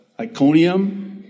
Iconium